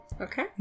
Okay